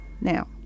now